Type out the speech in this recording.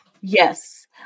Yes